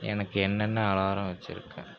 எனக்கு என்னென்ன அலாரம் வைச்சிருக்க